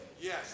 Yes